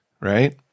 Right